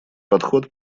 подход